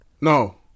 No